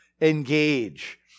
engage